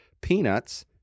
peanuts